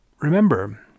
remember